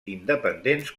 independents